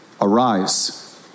Arise